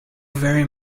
very